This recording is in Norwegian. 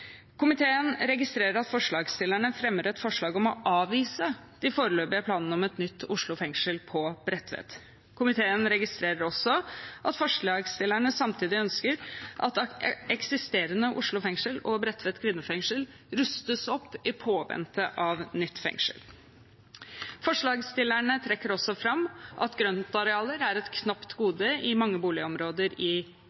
Komiteen registrerer at forslagsstillerne fremmer et forslag om å avvise de foreløpige planene om et nytt Oslo fengsel på Bredtvet. Komiteen registrerer også at forslagsstillerne samtidig ønsker at eksisterende Oslo fengsel og Bredtvet kvinnefengsel rustes opp i påvente av nytt fengsel. Forslagsstillerne trekker også fram at grøntarealer er et knapt